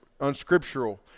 unscriptural